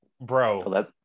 bro